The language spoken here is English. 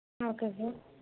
okay sir